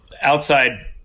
outside